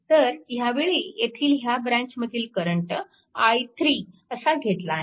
तर ह्यावेळी येथील ह्या ब्रँचमधील करंट i3 असा घेतला आहे